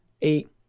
eight